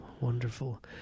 Wonderful